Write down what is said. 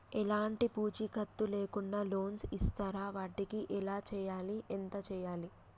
ఎలాంటి పూచీకత్తు లేకుండా లోన్స్ ఇస్తారా వాటికి ఎలా చేయాలి ఎంత చేయాలి?